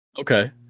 Okay